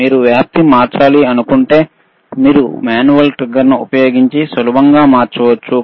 మీరు వ్యాప్తి మార్చాలనుకుంటే మీరు మాన్యువల్ ట్రిగ్గర్ ఉపయోగించి సులభంగా మార్చవచ్చు